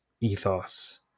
ethos